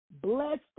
blessed